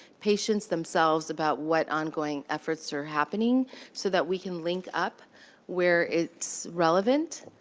patients themselves about what ongoing efforts are happening so that we can link up where it's relevant.